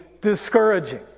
discouraging